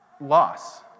loss